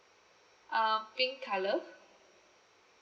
um pink colour